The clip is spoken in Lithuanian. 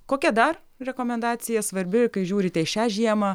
kokia dar rekomendacija svarbi kai žiūrite į šią žiemą